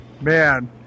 man